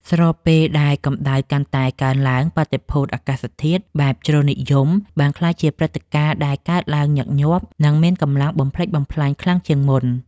ស្របពេលដែលកម្ដៅកាន់តែកើនឡើង បាតុភូតអាកាសធាតុបែបជ្រុលនិយម បានក្លាយជាព្រឹត្តិការណ៍ដែលកើតឡើងញឹកញាប់ និងមានកម្លាំងបំផ្លិចបំផ្លាញខ្លាំងជាងមុន។